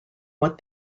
what